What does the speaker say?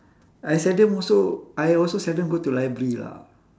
I seldom also I also seldom go to library lah